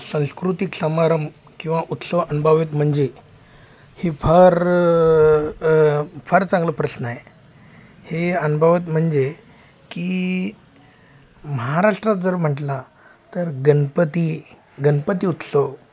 सांस्कृतिक समारंभ किंवा उत्सव अनुभवावेत म्हणजे ही फार फार चांगलं प्रश्न आहे हे अनुभवत म्हणजे की महाराष्ट्रात जर म्हटला तर गणपती गणपती उत्सव